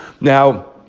Now